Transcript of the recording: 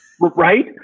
Right